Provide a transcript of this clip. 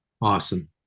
Awesome